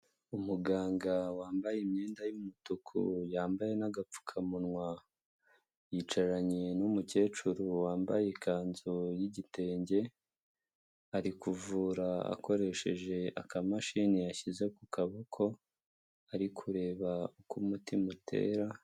Umuganga wambaye imyenda y'umutuku yambaye n'agapfukamunwa, yicaranye n'umukecuru wambaye ikanzu y'igitenge. Ari kuvura akoresheje akamashini yashyize ku kaboko, ari kureba uko umutima utera.